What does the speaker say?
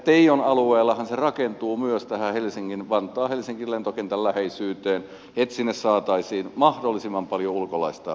teijon alueellahan se rakentuu myös helsinki vantaan lentokentän läheisyyteen niin että sinne saataisiin mahdollisimman paljon ulkolaista vierasta